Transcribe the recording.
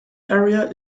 area